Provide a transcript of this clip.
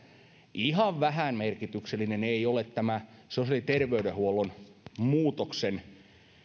ihan vähämerkityksellinen ei ole tämä sosiaali ja terveydenhuollon muutoksen